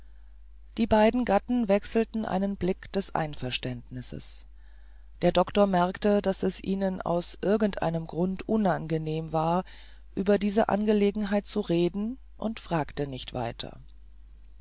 die beiden gatten wechselten einen blick des einverständnisses der doktor merkte daß es ihnen aus irgend einem grunde unangenehm war über diese angelegenheit zu reden und fragte nicht weiter